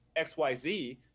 xyz